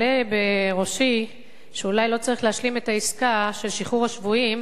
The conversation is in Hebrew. עולה בראשי שאולי לא צריך להשלים את העסקה של שחרור השבויים